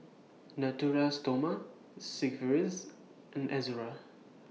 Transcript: Natura Stoma Sigvaris and Ezerra